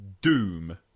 Doom